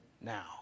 now